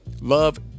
Love